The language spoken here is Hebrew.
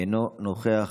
אינו נוכח,